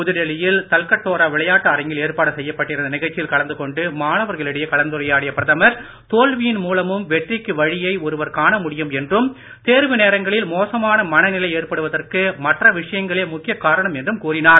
புதுடெல்லியில் தல்கட்டோரா விளையாட்டு அரங்கில் ஏற்பாடு செய்யப்பட்டிருந்த நிகழ்ச்சியில் கலந்து கொண்டு மாணவர்களிடையே கலந்துரையாடிய பிரதமர் தோல்வியின் மூலமும் வெற்றிக்கு வழியை ஒருவர் காண முடியும் என்றும் தேர்வு நேரங்களில் மோசமான மனநிலை ஏற்படுவதற்கு மற்ற விஷயங்களே முக்கிய காரணம் என்றும் கூறினார்